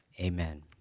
amen